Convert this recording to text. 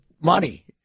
money